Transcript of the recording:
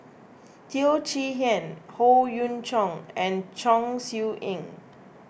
Teo Chee Hean Howe Yoon Chong and Chong Siew Ying